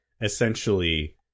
essentially